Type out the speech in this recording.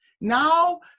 now